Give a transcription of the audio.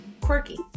Quirky